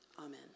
Amen